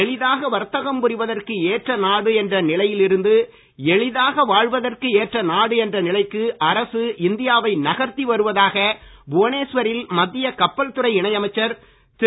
எளிதாக வர்த்தகம் புரிவதற்கு எற்ற நாடு என்ற நிலையில் இருந்து எளிதாக வாழ்வதற்கு ஏற்ற நாடு என்ற நிலைக்கு அரசு இந்தியாவை நகர்த்தி வருவதாக புவனேஸ்வரில் மத்திய கப்பல் துறை இணையமைச்சர் திரு